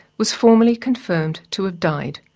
was formally confirmed to have died,